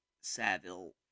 Saville